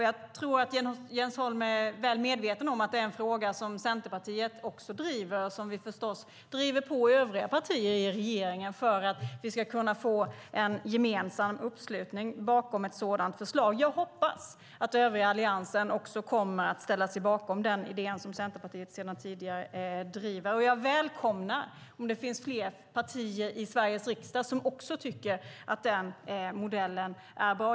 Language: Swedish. Jag tror att Jens Holm är väl medveten om att det är en fråga som Centerpartiet också driver och som vi förstås driver på i övriga partier i regeringen för att vi ska kunna få en gemensam uppslutning bakom ett sådant förslag. Jag hoppas att övriga Alliansen kommer att ställa sig bakom den idén som Centerpartiet sedan tidigare driver, och jag välkomnar om det finns fler partier i Sveriges riksdag som också tycker att modellen är bra.